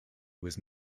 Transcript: was